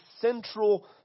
central